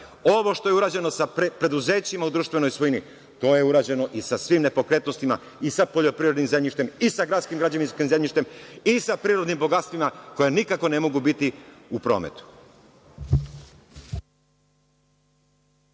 Ovo što je urađeno sa preduzećima u društvenoj svojini, to je urađeno i sa svim nepokretnostima i sa poljoprivrednim zemljištem i sa gradsko-građevinskim zemljištem i sa prirodnim bogatstvima, koje nikako ne mogu biti u prometu.